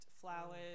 flowers